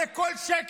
הרי כל שקל